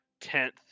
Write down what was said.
tenth